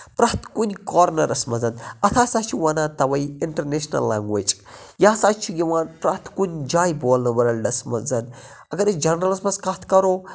پرٮ۪تھ کُنہِ کورنَرَس مَنٛز اَتھ ہَسا چھِ وَنان تَوے اِنٹَرنیٚشنَل لینگویٚج یہِ ہَسا چھِ یِوان پرٮ۪تھ کُنہِ جایہِ بولنہٕ وٲلڈس مَنٛز اگر أسۍ جَنرَلَس مَنٛز کَتھ کَرو